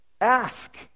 Ask